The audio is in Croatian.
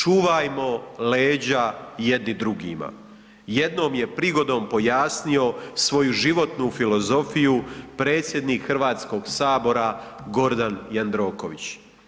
Čuvajmo leđa jedni drugima, jednom je prigodom pojasnio svoju životnu filozofiju predsjednik Hrvatskog sabora Gordan Jandroković.